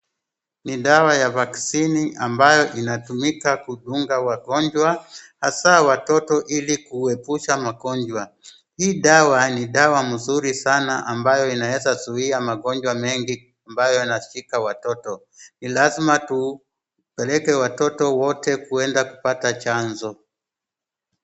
Ni dawa ya vaksini ambayo inatumika kudunga wagonjwa hasa watoto ili kuepusha magonjwa, hii dawa ni dawa mzuri sana ambayo inaweza zuia magonjwa mengi ambayo inashika watoto. Ni lazima tupeleke watoto wote kuenda kupata chanjo.